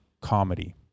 comedy